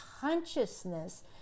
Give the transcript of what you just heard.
consciousness